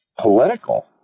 political